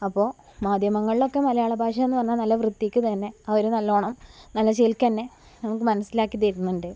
അപ്പോൾ മാധ്യമങ്ങളിലൊക്കെ മലയാള ഭാഷ എന്ന് പറഞ്ഞാൽ നല്ല വൃത്തിക്ക് തന്നെ അവർ നല്ലോണം നല്ല ചേലുക്കെന്നെ നമ്മൾക്ക് മനസ്സിലാക്കി തരുന്നുണ്ട്